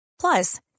Plus